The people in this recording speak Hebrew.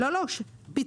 לא, לא, פיצול.